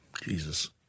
Jesus